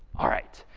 all right,